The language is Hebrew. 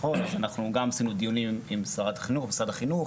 אנחנו גם עשינו דיונים עם שרת החינוך ומשרד החינוך,